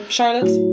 Charlotte